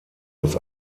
des